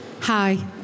Hi